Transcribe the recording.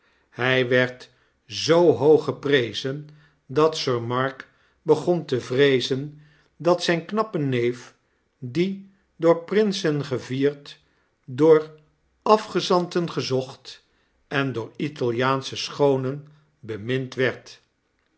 hij werd zoo hoog geprezen dat sir mark begon te vreezen dat zijn knappe neef die door prinsen gevierd door gezanten gezocht en door italiaansche schoonen bemind werd